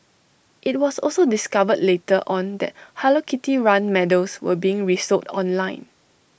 IT was also discovered later on that hello kitty run medals were being resold online